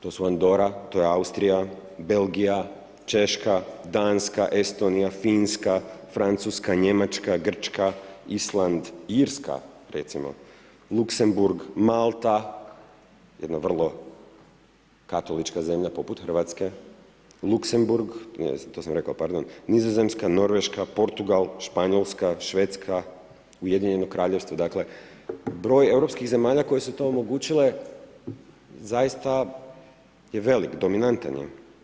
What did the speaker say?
To su Andora, to je Austrija, Belgija, Češka, Danska, Estonija, Finska, Francuska, Njemačka, Grčka, Island, Irska recimo, Luksemburg, Malta, jedna vrlo katolička zemlja poput Hrvatske, Luksemburg, to sam rekao pardon, Nizozemska, Norveška, Portugal, Španjolska, Švedska, Ujedinjeno Kraljevstvo, dakle broj europskih zemalja koje su to omogućile zaista je velik, dominantan je.